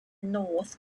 north